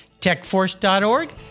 techforce.org